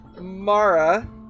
Mara